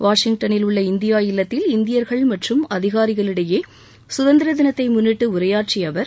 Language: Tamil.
வாஷிங்டனில் உள்ள இந்தியா இல்லத்தில் இந்தியர்கள் மற்றும் அதிகாரிகளிடையே சுதந்திர தினத்தை முன்னிட்டு உரையாற்றிய அவர்